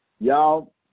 Y'all